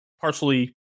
partially